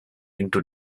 into